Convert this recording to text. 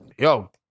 Yo